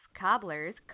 cobblers